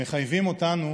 מחייבים אותנו